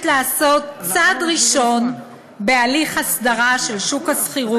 לעשות צעד ראשון בהליך הסדרה של שוק השכירות,